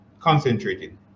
concentrated